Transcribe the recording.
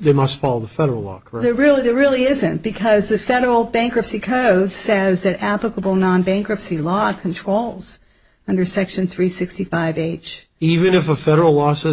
they must call the federal walker they really there really isn't because the federal bankruptcy code says that applicable non bankruptcy law controls under section three sixty five age even if a federal law says